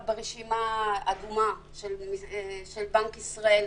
את ברשימה אדומה של בנק ישראל,